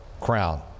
crown